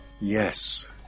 Yes